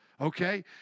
Okay